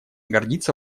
гордиться